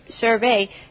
survey